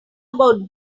about